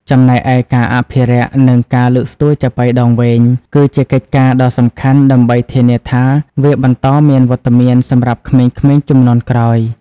ចំណែកឯ ការអភិរក្ស និងការលើកស្ទួយចាប៉ីដងវែង គឺជាកិច្ចការដ៏សំខាន់ដើម្បីធានាថាវាបន្តមានវត្តមានសម្រាប់ក្មេងៗជំនាន់ក្រោយ។